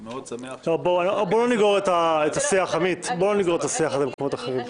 אני מאוד שמח --- בואו לא נגרור את השיח הזה למקומות אחרים,